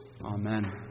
amen